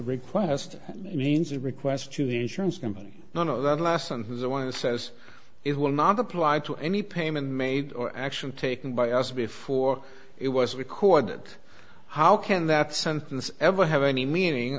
request means a request to the insurance company none of that last and the one who says it will not apply to any payment made or action taken by us before it was recorded how can that sentence ever have any meaning